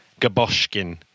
Gaboshkin